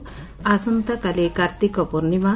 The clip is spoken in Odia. ଆସନ୍ତାକାଲି କାର୍ତ୍ତିକ ପ୍ରର୍ଶ୍ଡିମା